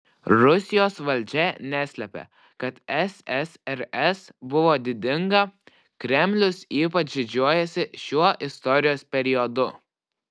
rusijos valdžia neslepia kad ssrs buvo didinga kremlius ypač didžiuojasi šiuo istorijos periodu